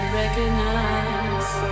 recognize